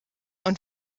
und